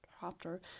chapter